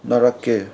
ꯅꯔꯛꯀꯦ